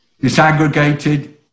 disaggregated